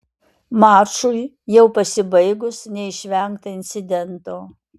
mačui jau pasibaigus neišvengta incidento